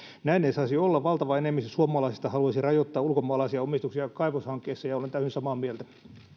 näin ei saisi olla valtava enemmistö suomalaisista haluaisi rajoittaa ulkomaalaisia omistuksia kaivoshankkeissa ja ja olen täysin samaa mieltä